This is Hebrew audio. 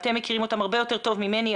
אתם מכירים אותם הרבה יותר טוב ממני.